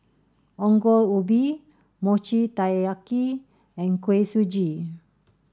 Ongol Ubi Mochi Taiyaki and Kuih Suji